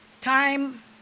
time